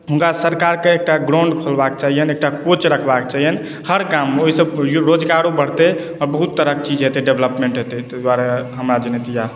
हुनका सरकारके एकटा ग्राउण्ड खोलबाक चाहियैन एकटा कोच रखबाक चाहियैन हर गाममे ओहिसँ रोजगारो बढ़तै आओर बहुत तरहके चीज हेतै डेवलपमेन्ट हेतै ताहि दुआरे हमरा जनैत इएह